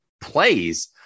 plays